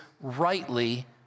rightly